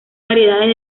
variedades